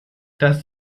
das